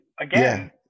again